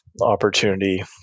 opportunity